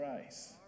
Christ